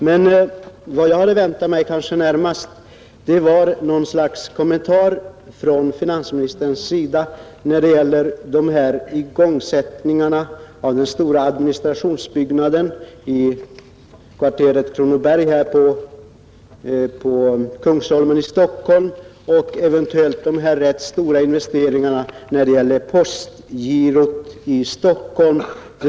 Men vad jag kanske närmast väntat mig var något slags kommentar från finansministerns sida när det gäller igångsättningen av den stora administrationsbyggnaden i kvarteret Kronoberg på Kungsholmen i Stockholm och de rätt stora investeringarna för postgirot i Stockholm.